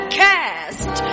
cast